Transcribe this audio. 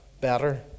better